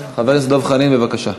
חבר הכנסת דב חנין, בבקשה.